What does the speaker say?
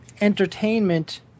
entertainment